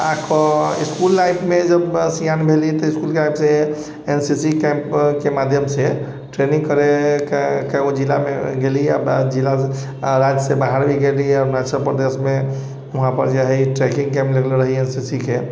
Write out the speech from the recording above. आ school life मे जब स्यान भेलहि इसकुलके तरफसँ एन सी सी कैम्प के माध्यमसँ ट्रेनिङ्ग करैके कै गो जिलामे गेल रहियै जिला राज्यसँ बाहर भी गेल रहियै अरुणाचल प्रदेशमे वहाँ पर जे हइ ट्रैकिङ्ग कैम्प लागल रहै से सिखै